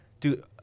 Dude